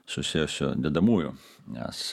susijusių dedamųjų nes